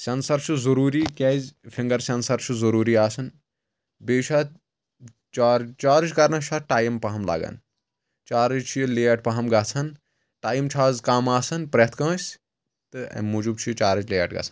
sensor چھُ ضروٗری کیاز فنگر سیٚنسر چھُ ضروٗری آسان بییٚہِ چھُ اتھ چار چارٕج کرنس چھُ اتھ ٹایِم پہم لگان چارٕج چھُ یہِ لیٹ پہم گژھان ٹایِم چھُ آز کم آسان پرٮ۪تھ کٲنٛسہِ تہٕ امہِ موجوٗب چھُ یہِ چارٕج لیٹ گژھان